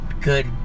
good